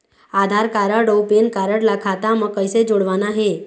आधार card अऊ PAN card ला खाता म कइसे जोड़वाना हे?